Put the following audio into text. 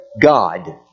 God